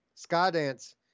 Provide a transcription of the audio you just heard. skydance